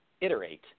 iterate